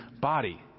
body